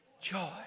joy